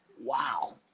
Wow